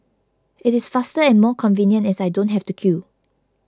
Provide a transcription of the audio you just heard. it is faster and more convenient as I don't have to queue